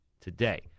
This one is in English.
today